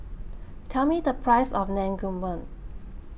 Tell Me The Price of Naengmyeon